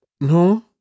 no